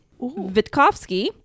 Witkowski